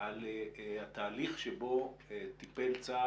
על התהליך שבו טיפל צבא